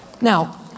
Now